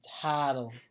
title